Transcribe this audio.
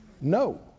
No